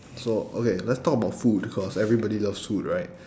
so okay let's talk about food cause everybody loves food right